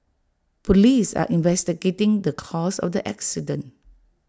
Police are investigating the cause of the accident